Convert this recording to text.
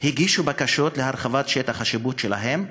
הגישו בקשות להרחבת שטח השיפוט שלהן,